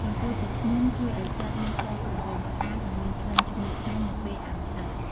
ចំពោះទឹកឃ្មុំជួយឱ្យសាច់មានពណ៌ក្រហមស្អាត និងមានក្លិនឈ្ងុយឆ្ងាញ់នៅពេលអាំងឆ្អិន។